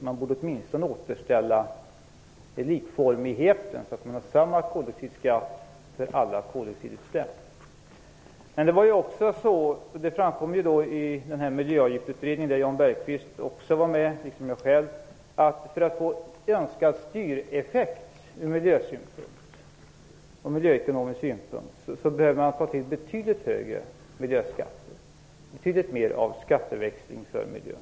Man borde åtminstone återställa likformigheten i skatten, så att man har samma koldioxidskatt för alla koldioxidutsläpp. Det framkom i den miljöavgiftsutredning, där både Jan Bergqvist och jag var med, att man för att få önskad styreffekt ur miljösynpunkt och miljöekonomisk synpunkt behöver ta till betydligt högre miljöskatter, betydligt mer av skatteväxling för miljön.